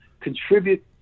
Contribute